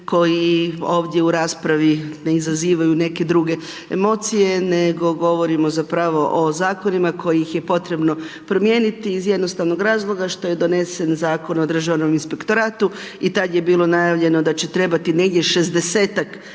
koji ovdje u raspravi ne izazivaju neke druge emocije, nego govorimo zapravo o zakonima, koje je potrebno promijeniti iz jednostavnog razloga, što je donesen Zakon o Državnom inspektoratu i tada je bilo najavljeno, da će trebati negdje 60-tak